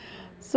ya